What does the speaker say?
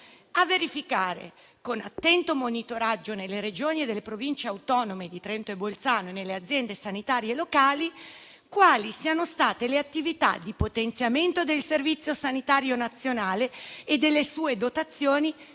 «a verificare con attento monitoraggio nelle regioni e delle province autonome di Trento e di Bolzano e nelle aziende sanitarie locali quali siano state le attività di potenziamento del Servizio sanitario nazionale e delle sue dotazioni